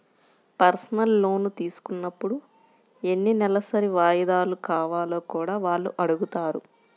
personal loan తీసుకున్నప్పుడు ఎన్ని నెలసరి వాయిదాలు కావాలో కూడా వాళ్ళు అడుగుతారు